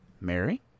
Mary